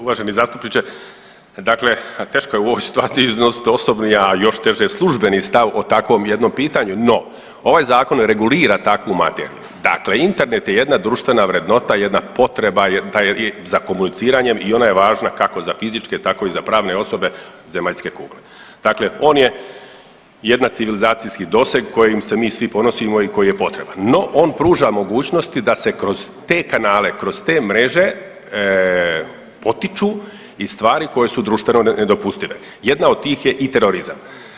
Uvaženi zastupniče, dakle teško je u ovoj situaciji iznosit osobni, a još teže službeni stav o takvom jednom pitanju, no ovaj zakon regulira takvu materiju, dakle Internet je jedna društvena vrednota, jedna potreba za komuniciranjem i ona je važna kako za fizičke tako i za pravne osobe zemaljske kugle, dakle on je jedan civilizacijski doseg kojim se mi svi ponosimo i koji je potreban, no on pruža mogućnosti da se kroz te kanale, kroz te mreže potiču i stvari koje su društveno nedopustive, jedna od tih je i terorizam.